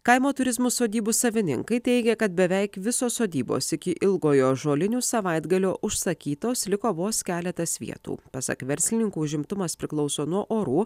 kaimo turizmo sodybų savininkai teigia kad beveik visos sodybos iki ilgojo žolinių savaitgalio užsakytos liko vos keletas vietų pasak verslininkų užimtumas priklauso nuo orų